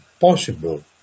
possible